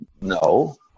no